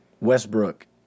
Westbrook